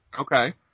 Okay